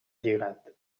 lligat